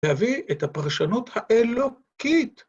‫להביא את הפרשנות האלוקית.